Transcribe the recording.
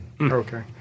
Okay